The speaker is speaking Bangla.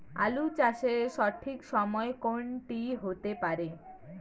আলু চাষের সঠিক সময় কোন টি হতে পারে?